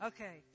Okay